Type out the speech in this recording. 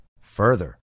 Further